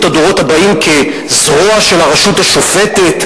הדורות הבאים כזרוע של הרשות השופטת.